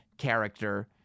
character